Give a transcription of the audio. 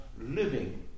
living